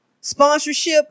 sponsorship